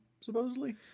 supposedly